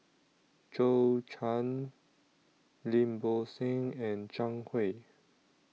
Zhou Can Lim Bo Seng and Zhang Hui